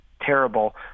terrible